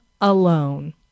alone